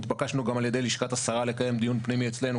התבקשנו גם על ידי לשכת השרה לקיים דיון פנימי אצלנו,